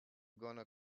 gonna